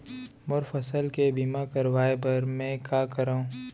मोर फसल के बीमा करवाये बर में का करंव?